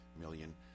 million